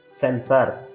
sensor